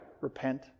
repent